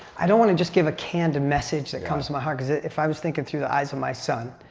i don't want to just give a canned message that comes to my heart because ah if i was thinking through the eyes of my son,